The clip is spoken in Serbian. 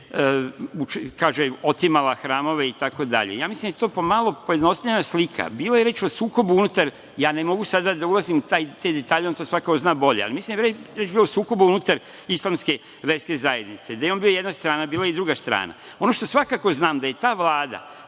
kaže, otimala hramove itd. Ja mislim da je to pomalo pojednostavljena slika. Bilo je reči o sukobu unutar, ja ne mogu sada da ulazim u te detalje, on to svakako zna bolje, ali mislim da je reč bila o sukobu unutar islamske verske zajednice, gde je on bio jedna strana, bila je i druga strana. Ono što svakako znam da je ta Vlada,